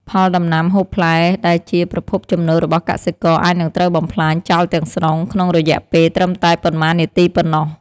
ផលដំណាំហូបផ្លែដែលជាប្រភពចំណូលរបស់កសិករអាចនឹងត្រូវបំផ្លាញចោលទាំងស្រុងក្នុងរយៈពេលត្រឹមតែប៉ុន្មាននាទីប៉ុណ្ណោះ។